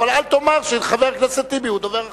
אבל אל תאמר שחבר הכנסת טיבי הוא דובר ה"חמאס".